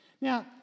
Now